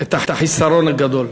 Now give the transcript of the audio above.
את החיסרון הגדול.